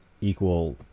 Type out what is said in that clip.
equal